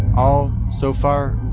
all, so far,